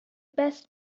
best